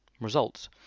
results